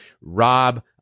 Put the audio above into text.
Rob